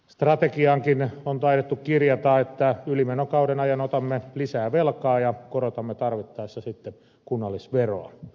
strategiaankin on taidettu kirjata että ylimenokauden ajan otamme lisää velkaa ja korotamme tarvittaessa sitten kunnallisveroa